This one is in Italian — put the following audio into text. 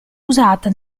usata